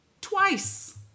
twice